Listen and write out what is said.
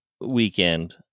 weekend